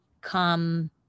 come